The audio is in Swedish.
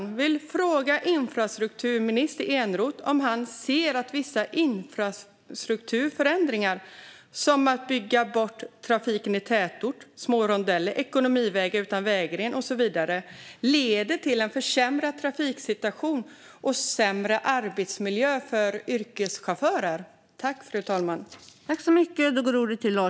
Jag vill fråga infrastrukturminister Eneroth om han ser att vissa infrastrukturförändringar, som att bygga bort trafiken i tätort, små rondeller, ekonomivägar utan vägren och så vidare, leder till en försämrad trafiksituation och sämre arbetsmiljö för yrkeschaufförer.